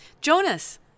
Jonas